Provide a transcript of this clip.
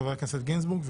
חבר הכנסת גינזבורג,